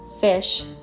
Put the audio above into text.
fish